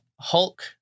Hulk